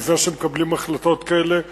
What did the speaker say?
לפני שמקבלים החלטות כאלה.